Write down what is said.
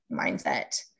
mindset